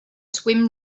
swim